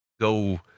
go